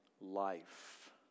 life